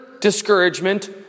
discouragement